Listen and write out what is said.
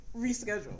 reschedule